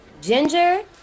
Ginger